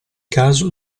caso